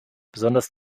besonders